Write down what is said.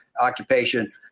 occupation